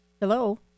Hello